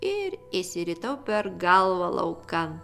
ir išsiritau per galvą laukan